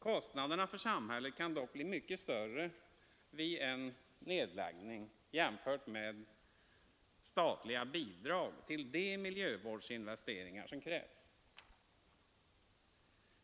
Kostnaderna för samhället kan dock bli mycket större vid en nedläggning jämfört med statliga bidrag till de miljövårdsinvesteringar som krävs.